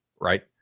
right